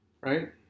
Right